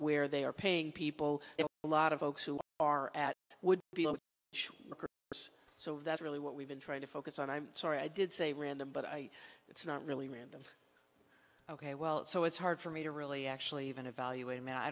they are paying people a lot of folks who are at would so that's really what we've been trying to focus on i'm sorry i did say random but i it's not really random ok well so it's hard for me to really actually even evaluate a man i